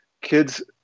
kids